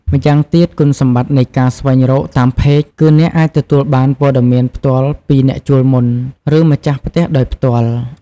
ម្យ៉ាងទៀត គុណសម្បត្តិនៃការស្វែងរកតាម ផេក គឺអ្នកអាចទទួលបានព័ត៌មានផ្ទាល់ពីអ្នកជួលមុន ឬម្ចាស់ផ្ទះដោយផ្ទាល់។